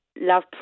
Love